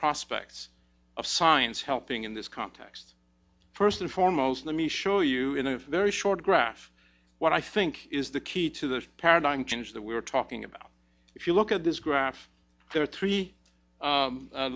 prospects of science helping in this context first and foremost let me show you in a very short graph what i think is the key to the paradigm change that we are talking about if you look at this graph there are three